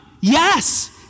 Yes